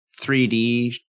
3D